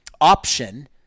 option